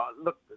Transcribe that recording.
Look